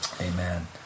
Amen